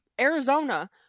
Arizona